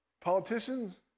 Politicians